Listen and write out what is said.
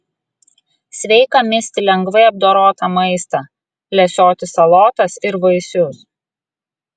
sveika misti lengvai apdorotą maistą lesioti salotas ir vaisius